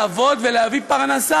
לעבוד ולהביא פרנסה,